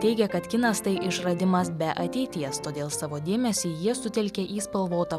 teigia kad kinas tai išradimas be ateities todėl savo dėmesį jie sutelkė į spalvotą